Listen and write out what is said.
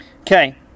Okay